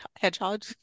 Hedgehog